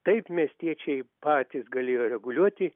taip miestiečiai patys galėjo reguliuoti